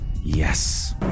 Yes